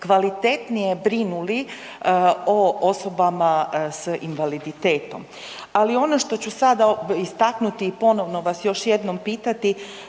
kvalitetnije brinuli o osobama s invaliditetom ali ono što ću sada istaknuti i ponovno vas još jednom pitati,